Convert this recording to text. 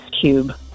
Cube